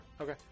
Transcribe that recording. Okay